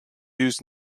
used